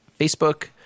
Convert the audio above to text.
Facebook